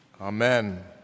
Amen